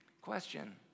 Question